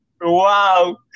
Wow